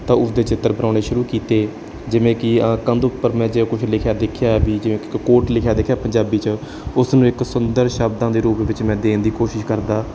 ਤਾਂ ਉਸ ਦੇ ਚਿੱਤਰ ਬਣਾਉਣੇ ਸ਼ੁਰੂ ਕੀਤੇ ਜਿਵੇਂ ਕਿ ਕੰਧ ਉੱਪਰ ਮੈਂ ਜੇ ਕੁਝ ਲਿਖਿਆ ਦੇਖਿਆ ਵੀ ਜਿਵੇਂ ਕਿ ਇੱਕ ਕੋਟ ਲਿਖਿਆ ਦੇਖਿਆ ਪੰਜਾਬੀ 'ਚ ਉਸ ਨੂੰ ਇੱਕ ਸੁੰਦਰ ਸ਼ਬਦਾਂ ਦੇ ਰੂਪ ਵਿੱਚ ਮੈਂ ਦੇਣ ਦੀ ਕੋਸ਼ਿਸ਼ ਕਰਦਾ